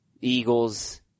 Eagles